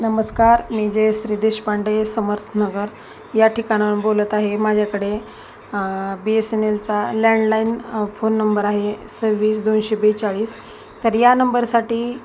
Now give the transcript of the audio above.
नमस्कार मी जयश्री देशपांडे समर्थनगर या ठिकाणावर बोलत आहे माझ्याकडे बी एस एन एलचा लँडलाईन फोन नंबर आहे सव्वीस दोनशे बेचाळीस तर या नंबरसाठी